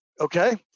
okay